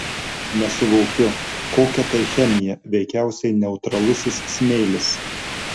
nesuvokiu kokia tai chemija veikiausiai neutralusis smėlis